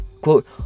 Quote